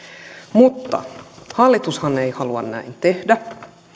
mutta hallitushan ei halua näin tehdä